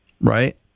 Right